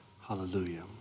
Hallelujah